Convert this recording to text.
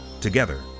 Together